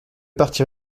partir